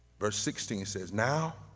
verse sixteen, it says, now,